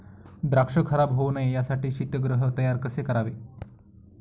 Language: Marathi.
द्राक्ष खराब होऊ नये यासाठी शीतगृह तयार कसे करावे?